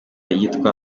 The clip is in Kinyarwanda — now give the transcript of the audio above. yitwa